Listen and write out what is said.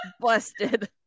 Busted